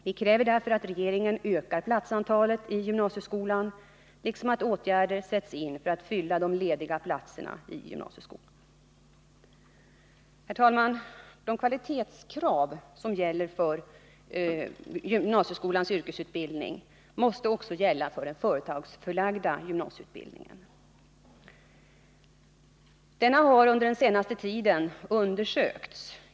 Vi kräver därför att regeringen ökar platsantalet i gymnasieskolan liksom att åtgärder sätts in för att fylla de lediga platserna i gymnasieskolan. Herr talman! De kvalitetskrav som gäller för gymnasieskolans yrkesutbildning måste också gälla den företagsförlagda gymnasieutbildningen. Denna har under den senaste tiden undersökts.